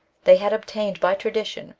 they had obtained by tradition,